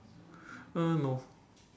uh no